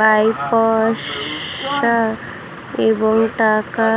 ব্যবসা এবং টাকা